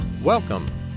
Welcome